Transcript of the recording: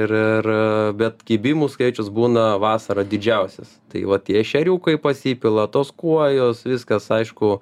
ir ir bet kibimų skaičius būna vasarą didžiausias tai vat tie ešeriukai pasipila tos kuojos viskas aišku